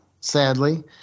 sadly